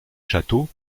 château